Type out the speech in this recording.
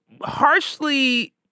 harshly